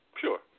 Sure